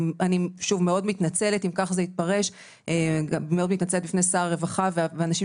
אני מאוד מתנצלת מפני שר הרווחה והאנשים